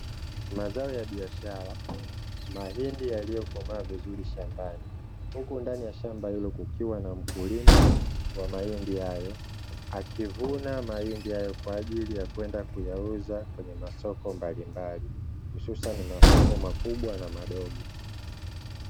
Mazao ya biashara, mahindi yaliyokomaa vizuri shambani huku ndani ya shamba hilo kukiwa na mkulima wa mahindi hayo akivuna mahindi hayo kwa ajili ya kwenda kuyauza kwenye masoko mbalimbali, hususani masoko makubwa na madogo.